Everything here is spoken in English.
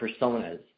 personas